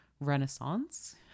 renaissance